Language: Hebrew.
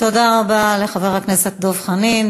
תודה רבה לחבר הכנסת דב חנין.